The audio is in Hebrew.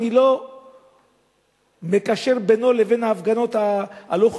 אני לא מקשר בינו לבין ההפגנות הלא-חוקיות